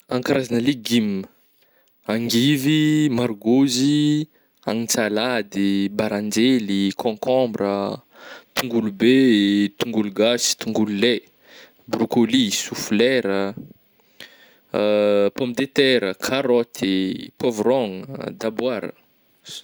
An karazagna legume angivy, margôzy, antsalady, baranjely, cocombre, tongolo be, tongolo gasy, tongolo lay, brocoli, soflera pomme de terre, karoty, poivrôgna, daboara.